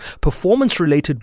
performance-related